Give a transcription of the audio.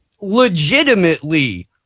legitimately